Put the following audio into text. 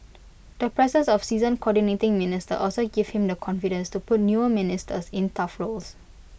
the presence of seasoned Coordinating Minister also gives him the confidence to put newer ministers in tough roles